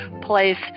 place